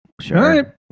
Sure